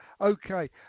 Okay